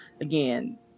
Again